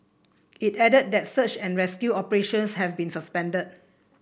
it added that search and rescue operations have been suspended